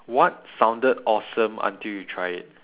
what sounded awesome until you tried it